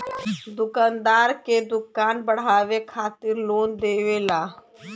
दुकानदार के दुकान बढ़ावे खातिर लोन देवेला